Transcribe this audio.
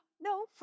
no